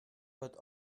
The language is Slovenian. kot